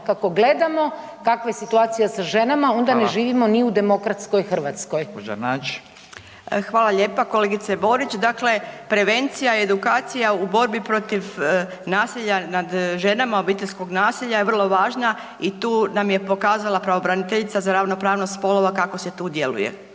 Furio (Nezavisni)** Gospođa Nađ. **Nađ, Vesna (SDP)** Hvala lijepa. Kolegice Borić, dakle prevencija, edukacija u borbi protiv nasilja nad ženama, obiteljskog nasilja je vrlo važna i tu nam je pokazala pravobraniteljica za ravnopravnost spolova kako se tu djeluje.